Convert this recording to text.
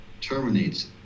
terminates